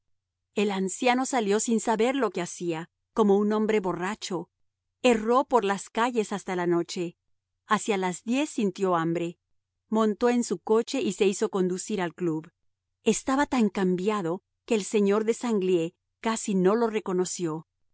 el anciano salió sin saber lo que se hacía como un hombre borracho erró por las calles hasta la noche hacia las diez sintió hambre montó en un coche y se hizo conducir al club estaba tan cambiado que el señor de sanglié casi no lo reconoció